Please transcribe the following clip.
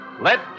Let